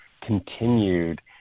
continued